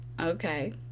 okay